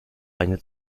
eine